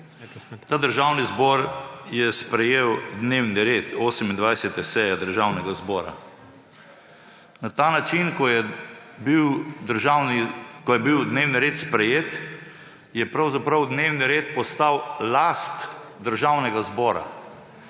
Ta državni zbor je sprejel dnevni red 28. seje Državnega zbora. Na ta način, ko je bil dnevni red sprejet, je pravzaprav dnevni red postal last Državnega zbora.